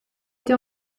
été